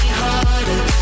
harder